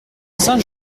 saint